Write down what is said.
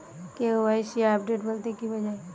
KYC update বলতে কি বোঝায়?